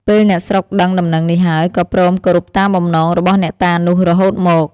ពេលអ្នកស្រុកដឹងដំណឹងនេះហើយ ក៏ព្រមគោរពតាមបំណងរបស់អ្នកតានោះរហូតមក។